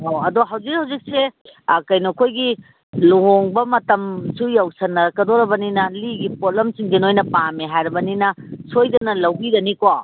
ꯑꯣ ꯑꯗꯣ ꯍꯧꯖꯤꯛ ꯍꯧꯖꯤꯛꯁꯦ ꯀꯩꯅꯣ ꯑꯩꯈꯣꯏꯒꯤ ꯂꯨꯍꯣꯡꯕ ꯃꯇꯝꯁꯨ ꯌꯧꯁꯤꯟꯅꯔꯛꯀꯗꯧꯔꯕꯅꯤꯅ ꯂꯤꯒꯤ ꯄꯣꯠꯂꯝꯁꯤꯡꯁꯦ ꯅꯣꯏꯅ ꯄꯥꯝꯃꯦ ꯍꯥꯏꯔꯕꯅꯤꯅ ꯁꯣꯏꯗꯅ ꯂꯧꯕꯤꯒꯅꯤꯀꯣ